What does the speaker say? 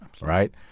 right